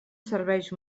serveix